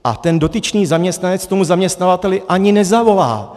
A ten dotyčný zaměstnanec tomu zaměstnavateli ani nezavolá.